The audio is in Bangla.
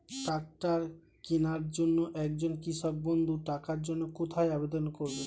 ট্রাকটার কিনার জন্য একজন কৃষক বন্ধু টাকার জন্য কোথায় আবেদন করবে?